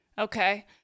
Okay